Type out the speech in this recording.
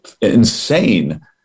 insane